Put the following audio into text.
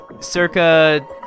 Circa